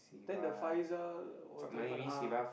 then the Faizal what happen ah